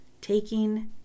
taking